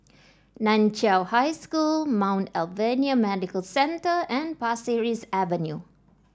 Nan Chiau High School Mount Alvernia Medical Centre and Pasir Ris Avenue